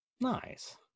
Nice